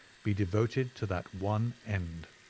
be devoted to that one end.